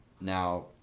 Now